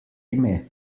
ime